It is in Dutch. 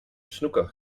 snooker